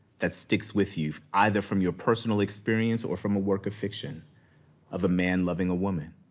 that sticks with you, either from your personal experience or from a work of fiction of a man loving a woman.